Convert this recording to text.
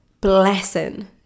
blessing